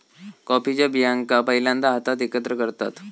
कॉफीच्या बियांका पहिल्यांदा हातात एकत्र करतत